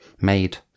made